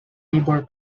labour